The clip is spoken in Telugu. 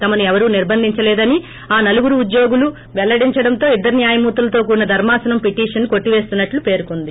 తమను ఎవరూ నిర్బంధించలేదని ఆ నలుగురు ఉద్యోగులు కోర్టుకు పెల్లడించడంతో ఇద్దరు న్యాయమూర్తులతో కూడిన ధర్మాసనం పిటిషన్ను కొట్టివేస్తున్న ట్లు పేర్కొంది